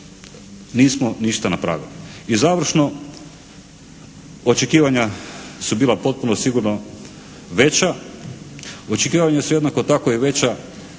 nismo ništa napravili. I završno, očekivanja su bila potpuno sigurno veća, očekivanja su jednako tako i veća